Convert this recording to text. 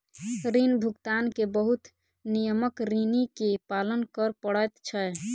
ऋण भुगतान के बहुत नियमक ऋणी के पालन कर पड़ैत छै